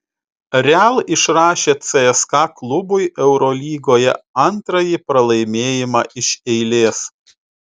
real išrašė cska klubui eurolygoje antrąjį pralaimėjimą iš eilės